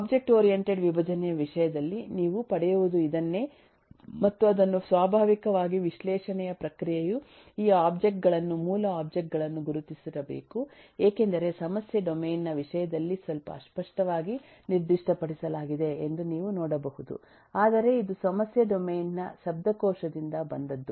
object oriented ವಿಭಜನೆಯ ವಿಷಯದಲ್ಲಿ ನೀವು ಪಡೆಯುವುದು ಇದನ್ನೇ ಮತ್ತು ಅದನ್ನು ಸ್ವಾಭಾವಿಕವಾಗಿ ವಿಶ್ಲೇಷಣೆಯ ಪ್ರಕ್ರಿಯೆಯು ಈ ಒಬ್ಜೆಕ್ಟ್ ಗಳನ್ನು ಮೂಲ ಒಬ್ಜೆಕ್ಟ್ ಗಳನ್ನು ಗುರುತಿಸಿರಬೇಕು ಏಕೆಂದರೆ ಸಮಸ್ಯೆಯ ಡೊಮೇನ್ ನ ವಿಷಯದಲ್ಲಿ ಸ್ವಲ್ಪ ಅಸ್ಪಷ್ಟವಾಗಿ ನಿರ್ದಿಷ್ಟಪಡಿಸಲಾಗಿದೆ ಎಂದು ನೀವು ನೋಡಬಹುದು ಆದರೆ ಇದು ಸಮಸ್ಯೆ ಡೊಮೇನ್ ನ ಶಬ್ದಕೋಶದಿಂದ ಬಂದದ್ದು